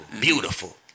Beautiful